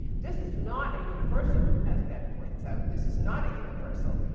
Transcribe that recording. this is not a universal, as beth points out. this is not a universal.